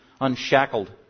unshackled